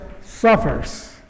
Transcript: suffers